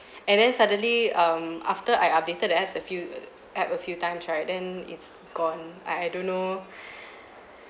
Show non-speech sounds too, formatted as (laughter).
(breath) and then suddenly um after I updated the apps a few app a few times right then it's gone I I don't know (breath)